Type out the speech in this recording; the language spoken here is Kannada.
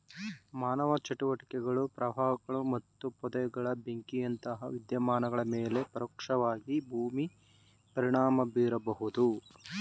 ಮಾನವ ಚಟುವಟಿಕೆಗಳು ಪ್ರವಾಹಗಳು ಮತ್ತು ಪೊದೆಗಳ ಬೆಂಕಿಯಂತಹ ವಿದ್ಯಮಾನಗಳ ಮೇಲೆ ಪರೋಕ್ಷವಾಗಿ ಭೂಮಿ ಪರಿಣಾಮ ಬೀರಬಹುದು